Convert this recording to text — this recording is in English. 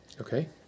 Okay